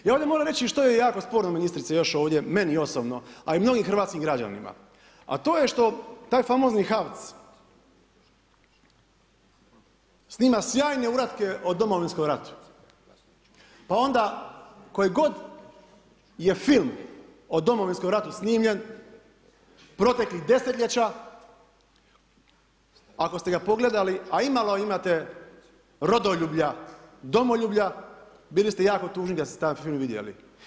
I ovdje moram reći što je jako sporno ministrice još ovdje meni osobno, a i mnogim hrvatskim građanima, a to je što taj famozni HAVC snima sjajne uratke o Domovinskom ratu pa onda koji god je film o Domovinskom ratu snimljen proteklih desetljeća, ako ste ga pogledali, a imalo imate rodoljublja, domoljublja bili ste jako tužni … taj film vidjeli.